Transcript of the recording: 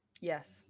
Yes